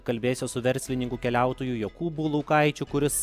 kalbėsiuos su verslininku keliautoju jokūbu laukaičiu kuris